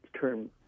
term